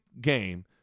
game